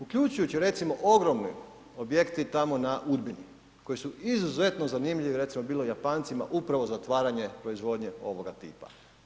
Uključujući recimo ogromni objekti tamo na Udbini koji su izuzetno zanimljivi recimo bili Japancima upravo za otvaranje proizvodnje ovoga tipa.